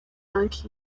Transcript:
banki